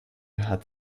hat